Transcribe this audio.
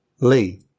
Lee